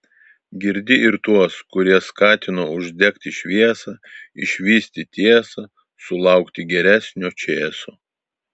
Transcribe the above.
girdi ir tuos kurie skatino uždegti šviesą išvysti tiesą sulaukti geresnio čėso